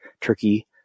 Turkey